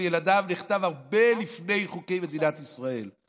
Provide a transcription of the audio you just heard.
ילדיו נכתב הרבה לפני חוקי מדינת ישראל.